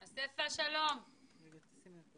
שלום, שמי אלכס